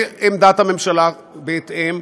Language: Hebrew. ועמדת הממשלה בהתאם,